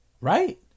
right